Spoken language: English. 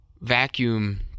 vacuum